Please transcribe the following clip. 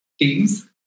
teams